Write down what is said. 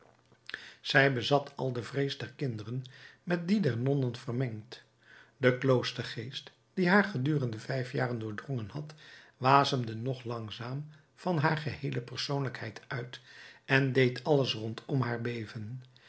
zij bezat al de vrees der kinderen met die der nonnen vermengd de kloostergeest die haar gedurende vijf jaren doordrongen had wasemde nog langzaam van haar geheele persoonlijkheid uit en deed alles rondom haar beven